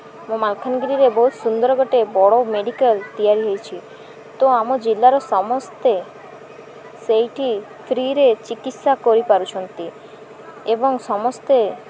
ମୋ ମାଲକାନଗିରିରେ ବହୁତ ସୁନ୍ଦର ଗୋଟେ ବଡ଼ ମେଡ଼ିକାଲ୍ ତିଆରି ହୋଇଛି ତ ଆମ ଜିଲ୍ଲାର ସମସ୍ତେ ସେଇଠି ଫ୍ରିରେ ଚିକିତ୍ସା କରିପାରୁଛନ୍ତି ଏବଂ ସମସ୍ତେ